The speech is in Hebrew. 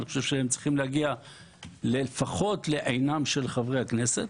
אני חושב שהם צריכים להגיע לפחות לעיניהם של חברי הכנסת.